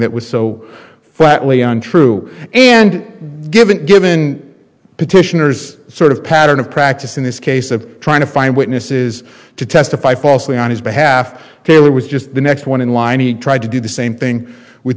that was so flatly untrue and given given petitioner's sort of pattern of practice in this case of trying to find witnesses to testify falsely on his behalf there was just the next one in line he tried to do the same thing with